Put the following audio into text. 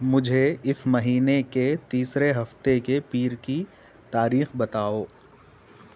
مجھے اس مہینے کے تیسرے ہفتے کے پیر کی تاریخ بتاؤ